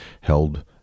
held